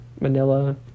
Manila